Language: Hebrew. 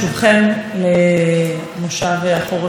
אנחנו ממילא עסוקים כל הזמן בהימורים מתי זה יקרה.